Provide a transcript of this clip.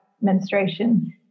menstruation